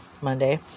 Monday